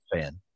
fan